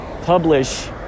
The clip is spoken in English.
publish